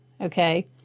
okay